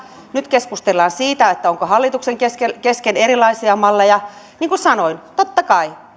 nyt keskustellaan siitä onko hallituksen kesken kesken erilaisia malleja niin kuin sanoin totta kai